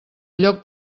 lloc